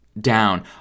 down